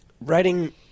writing